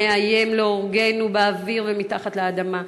המאיים להורגנו באוויר ומתחת לאדמה.